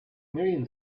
millions